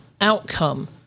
outcome